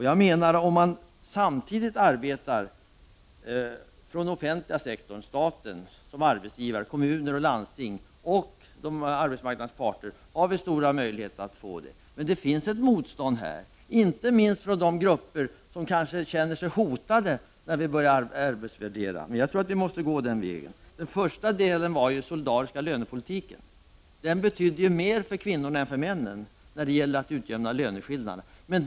Jag menar att man samtidigt skall arbeta från den offentliga sektorn, staten som arbetsgivare, kommuner och landsting, och arbetsmarknadens parter. Men det finns ett motstånd, inte minst från de grupper som kanske känner sig hotade när vi börjar arbetsvärdera. Men jag tror att vi måste gå den vägen. Först har vi den solidariska lönepolitiken. Den betydde mer för kvinnorna än för männen, när det gällde att utjämna löneskillnaderna.